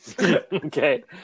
Okay